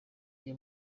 jye